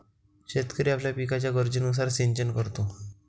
शेतकरी आपल्या पिकाच्या गरजेनुसार सिंचन करतो